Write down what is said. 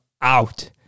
out